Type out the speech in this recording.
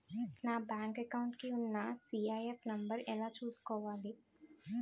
నా bank account కి ఉన్న సి.ఐ.ఎఫ్ నంబర్ ఎలా చూసుకోవాలి?